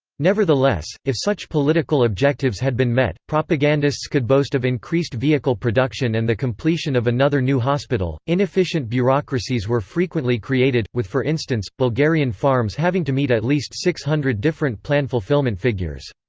nevertheless, if such political objectives had been met, propagandists could boast of increased vehicle production and the completion of another new hospital inefficient bureaucracies were frequently created, with for instance, bulgarian farms having to meet at least six hundred different plan fulfillment figures.